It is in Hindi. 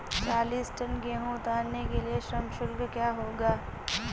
चालीस टन गेहूँ उतारने के लिए श्रम शुल्क क्या होगा?